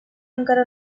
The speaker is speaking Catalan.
encara